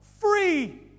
free